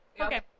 Okay